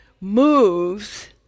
moves